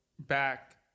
back